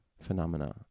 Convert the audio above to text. phenomena